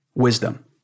wisdom